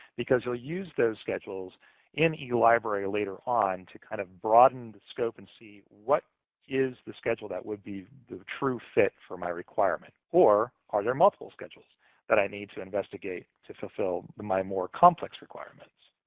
because they'll use those schedules in yeah elibrary later on to kind of broaden scope and see what is the schedule that would be the true fit for my requirement? or are there multiple schedules that i need to investigate to fulfill my more complex requirements?